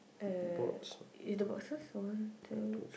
uh is the boxes one two